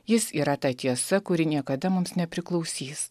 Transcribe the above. jis yra ta tiesa kuri niekada mums nepriklausys